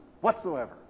whatsoever